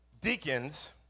deacons